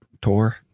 tour